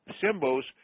Symbols